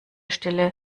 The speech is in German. stelle